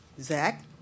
Zach